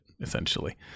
essentially